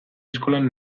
eskolan